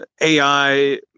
AI